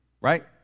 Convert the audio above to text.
right